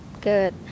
Good